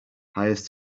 hires